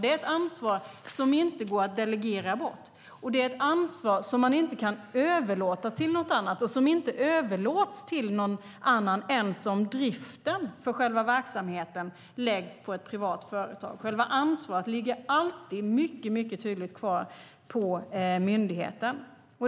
Det är ett ansvar som inte går att delegera bort. Det är ett ansvar som man inte kan överlåta till något annat och som inte heller överlåts till någon annan på något annat sätt än att driften av verksamheten läggs ut på ett privat företag. Själva ansvaret ligger alltid mycket tydligt kvar på myndigheten.